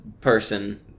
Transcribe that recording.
person